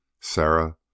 Sarah